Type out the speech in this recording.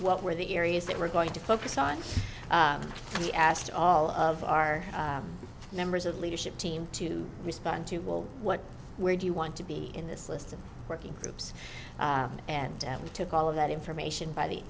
what were the areas that we're going to focus on we asked all of our members of leadership team to respond to well what where do you want to be in this list of working groups and we took all of that information by the